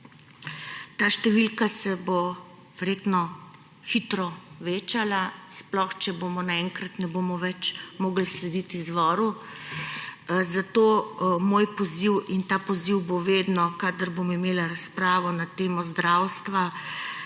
Ta številka se bo verjetno hitro večala, sploh če naenkrat ne bomo več mogli slediti izvoru. Zato moj poziv – in ta poziv bo vedno, kadar bom imela razpravo na temo zdravstva